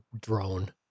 drone